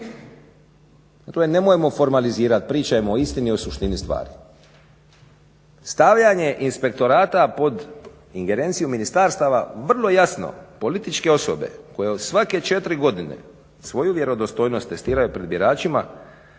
nemojmo formalizirati, pričajmo o istini i suštini stvari. Stavljanje inspektorata pod ingerenciju ministarstava vrlo jasno političke osobe koje svake 4 godine svoju vjerodostojnost testiraju pred biračima